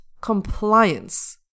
compliance